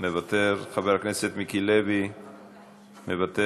מוותר, חבר הכנסת מיקי לוי, מוותר,